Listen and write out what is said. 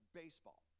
baseball